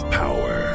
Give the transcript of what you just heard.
power